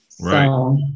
Right